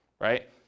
right